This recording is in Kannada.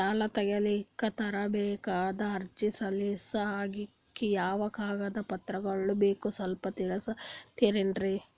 ಸಾಲ ತೆಗಿಲಿಕ್ಕ ತರಬೇಕಾದ ಅರ್ಜಿ ಸಲೀಸ್ ಆಗ್ಲಿಕ್ಕಿ ಯಾವ ಕಾಗದ ಪತ್ರಗಳು ಬೇಕು ಸ್ವಲ್ಪ ತಿಳಿಸತಿರೆನ್ರಿ?